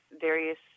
various